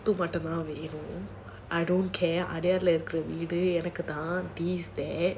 it also பண்ணிட்டேனா:pannittaenaa I don't care I don't like வீடு எனக்கு தான்:veedu enakku thaan this that